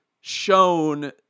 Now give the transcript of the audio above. shown